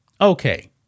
Okay